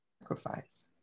sacrifice